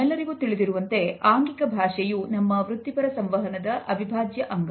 ನಮ್ಮೆಲ್ಲರಿಗೂ ತಿಳಿದಿರುವಂತೆ ಆಂಗಿಕ ಭಾಷೆಯು ನಮ್ಮ ವೃತ್ತಿಪರ ಸಂವಹನದ ಅವಿಭಾಜ್ಯ ಅಂಗ